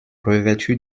revêtue